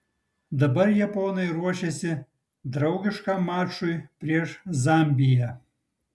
dabar japonai ruošiasi draugiškam mačui prieš zambiją